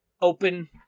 open